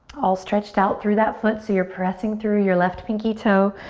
all stretched out through that foot so you're pressing through your left pinky toe.